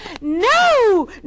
No